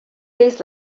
days